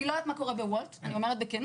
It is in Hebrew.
אני לא יודעת מה קורה בוולט, אני אומרת בכנות.